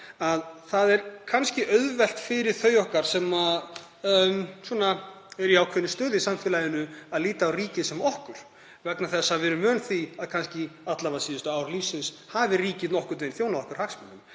að það er kannski auðvelt fyrir þau okkar sem eru í ákveðinni stöðu í samfélaginu að líta á ríkið sem „okkur“ vegna þess að við erum vön því að alla vega síðustu ár lífsins hafi ríkið nokkurn veginn þjónað hagsmunum